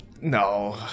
No